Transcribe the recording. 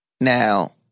Now